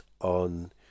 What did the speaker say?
on